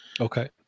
Okay